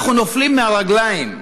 אנחנו נופלים מהרגליים,